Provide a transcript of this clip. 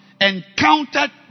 encountered